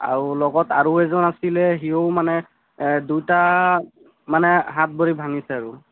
আৰু লগত আৰু এজন আছিলে সিও মানে এ দুটা মানে হাত ভৰি ভাঙিছে আৰু